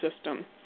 system